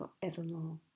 forevermore